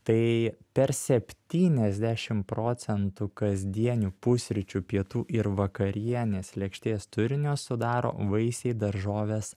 tai per septyniasdešimt procentų kasdienių pusryčių pietų ir vakarienės lėkštės turinio sudaro vaisiai daržovės